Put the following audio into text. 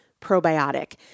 probiotic